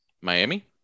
Miami